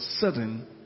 sudden